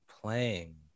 playing